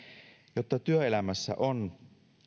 jotta työelämässä on